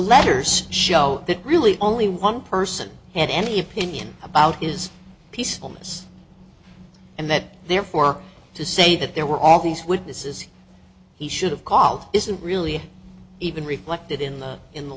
letters shell that really only one person had any opinion about his peacefulness and that therefore to say that there were all these witnesses he should have called isn't really even reflected in the in the